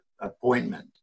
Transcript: appointment